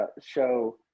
show